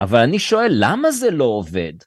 אבל אני שואל למה זה לא עובד?